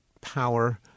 power